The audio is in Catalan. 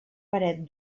paret